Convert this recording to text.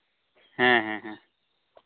ᱦᱮᱸ ᱦᱮᱸ